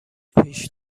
پیش